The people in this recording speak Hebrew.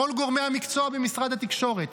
כל גורמי המקצוע במשרד התקשורת,